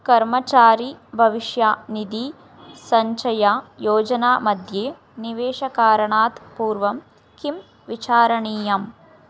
कर्मचारी भविष्यानिधिः सञ्चययोजनामध्ये निवेशकरणात् पूर्वं किं विचारणीयम्